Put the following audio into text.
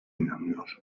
inanıyor